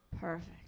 Perfect